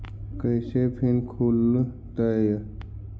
कैसे फिन खुल तय?